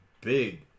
big